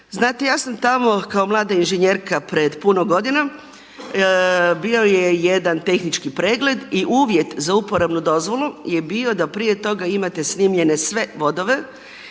Znate, ja sam tamo kao mlada inženjerka pred puno godina, bio je jedan tehnički pregled i uvjet za uporabnu dozvolu je bio da prije toga imate snimljene sve vodove